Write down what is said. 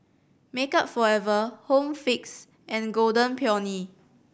Makeup Forever Home Fix and Golden Peony